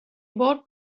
بار